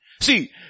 See